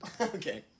Okay